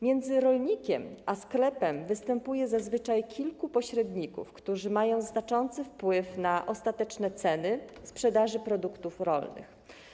Między rolnikiem a sklepem występuje zazwyczaj kilku pośredników, którzy mają znaczący wpływ na ostateczne ceny sprzedaży produktów rolnych.